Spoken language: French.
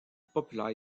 populaire